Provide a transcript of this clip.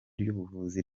ry’ubuvuzi